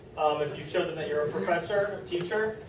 if you show them you are a professor teacher.